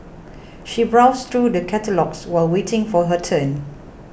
she browsed through the catalogues while waiting for her turn